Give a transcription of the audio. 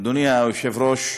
אדוני היושב-ראש,